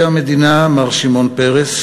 מר שמעון פרס,